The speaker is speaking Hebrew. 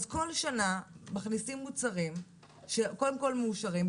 אז כל שנה מכניסים מוצרים קודם כול מאושרים.